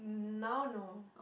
now no